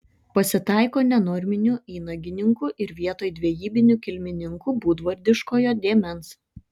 pasitaiko nenorminių įnagininkų ir vietoj dvejybinių kilmininkų būdvardiškojo dėmens